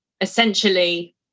essentially